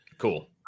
Cool